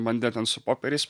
bandė ten su popieriais